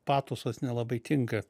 patusos nelabai tinka